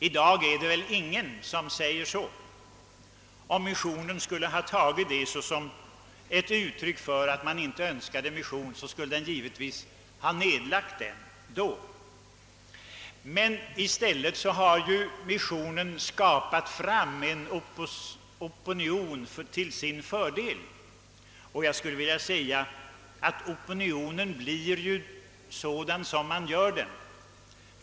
I dag är det väl ingen som säger så. Om missionen skulle ha tagit sådana uttalanden som ett uttryck för att man inte önskade mission, skulle den givetvis ha lagt ned verksamheten. I stället har missionen skapat en opinion till sin fördel. Opinionen blir sådan som man gör den.